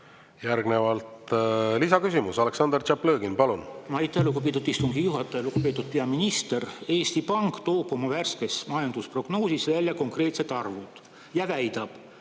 Järgnevalt lisaküsimus, Aleksandr Tšaplõgin, palun! Aitäh, lugupeetud istungi juhataja! Lugupeetud peaminister! Eesti Pank toob oma värskes majandusprognoosis välja konkreetsed arvud ja väidab,